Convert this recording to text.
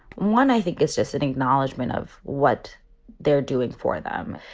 one, i think is just sitting acknowledgement of what they're doing for them.